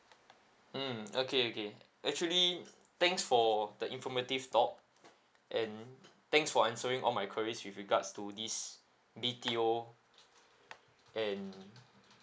mm okay okay actually thanks for the informative talk and thanks for answering all my queries with regards to this B_T_O and